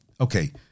Okay